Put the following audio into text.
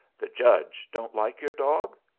the judge don't like your dog?